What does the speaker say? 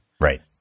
Right